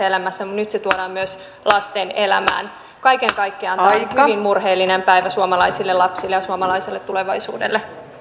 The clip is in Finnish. elämässä mutta nyt se tuodaan myös lasten elämään kaiken kaikkiaan tämä on hyvin murheellinen päivä suomalaisille lapsille ja suomalaiselle tulevaisuudelle